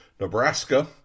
Nebraska